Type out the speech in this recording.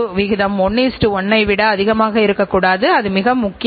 அதுவே இறுதி நோக்க மேலாண்மை ஆகும்